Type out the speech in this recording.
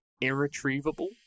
Irretrievable